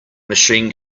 machine